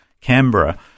Canberra